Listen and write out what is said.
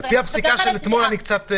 על פי הפסיקה של אתמול אני קצת,